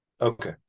Okay